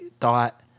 thought